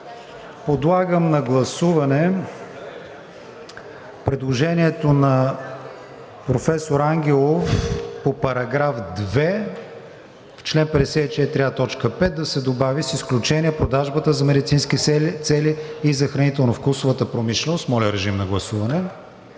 Подлагам на гласуване предложението на професор Ангелов по § 2 в чл. 54а, т. 5 да се добави „с изключение продажбата за медицински цели и за хранително-вкусовата промишленост“. Гласували